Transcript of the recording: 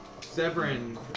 Severin